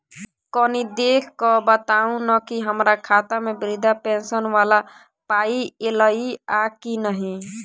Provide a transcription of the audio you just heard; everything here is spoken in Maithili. कनि देख कऽ बताऊ न की हम्मर खाता मे वृद्धा पेंशन वला पाई ऐलई आ की नहि?